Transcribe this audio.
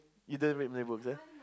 you don't read Malay books ah